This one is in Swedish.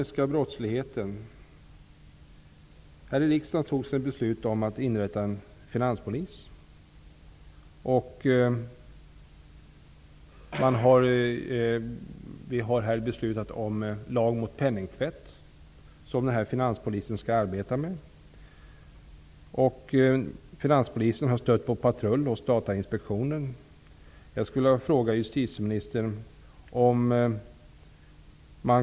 Så några ord om den ekonomiska brottsligheten.